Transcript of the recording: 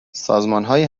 سازمانهایی